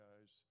guys